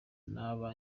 naba